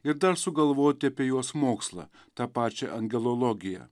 ir dar sugalvoti apie juos mokslą tą pačią angelologiją